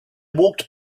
walked